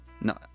No